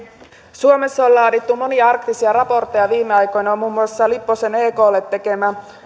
suomessa on laadittu monia arktisia raportteja viime aikoina muun muassa lipposen eklle tekemä